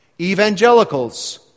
Evangelicals